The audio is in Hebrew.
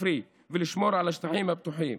הכפרי ולשמור על השטחים הפתוחים.